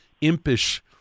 impish